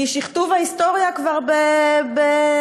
כי שכתוב ההיסטוריה כבר בעיצומו.